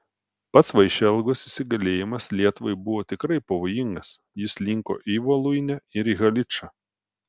pats vaišelgos įsigalėjimas lietuvai buvo tikrai pavojingas jis linko į voluinę ir haličą